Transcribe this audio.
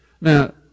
Now